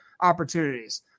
opportunities